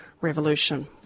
revolution